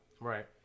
right